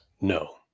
No